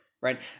right